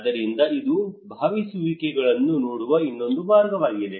ಆದ್ದರಿಂದ ಇದು ಭಾಗವಹಿಸುವಿಕೆಗಳನ್ನು ನೋಡುವ ಇನ್ನೊಂದು ಮಾರ್ಗವಾಗಿದೆ